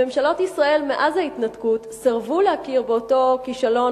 ממשלות ישראל מאז ההתנתקות סירבו להכיר באותו כישלון